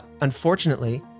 unfortunately